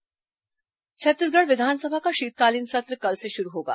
विधानसभा सत्र छत्तीसगढ़ विधानसभा का शीतकालीन सत्र कल से शुरू होगा